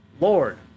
Lord